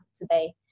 today